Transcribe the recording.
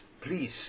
Please